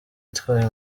itwaye